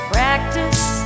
Practice